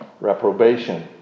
reprobation